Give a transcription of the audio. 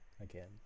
again